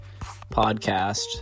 podcast